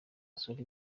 asura